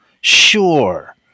Sure